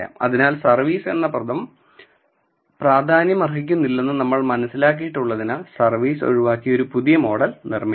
അതിനാൽ സർവീസ് എന്ന പദം പ്രാധാന്യമർഹിക്കുന്നില്ലെന്ന് നമ്മൾ മനസിലാക്കിയിട്ടുള്ളതിനാൽ സർവീസ് ഒഴിവാക്കി ഒരു പുതിയ മോഡൽ നിർമ്മിക്കാം